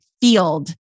field